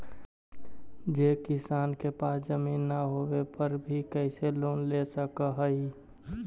जे किसान के पास जमीन न होवे पर भी कैसे लोन ले सक हइ?